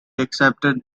accepted